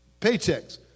paychecks